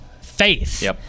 faith